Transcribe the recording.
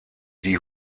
die